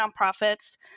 nonprofits